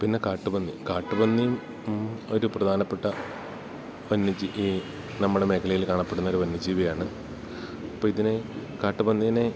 പിന്നെ കാട്ടുപന്നി കാട്ടുപന്നീം ഒരു പ്രധാനപ്പെട്ട വന്യജീവി നമ്മുടെ മേഖലയിൽ കാണപ്പെടുന്ന ഒരു വന്യജീവിയാണ് അപ്പം ഇതിനെ കാട്ടുപന്നീനെ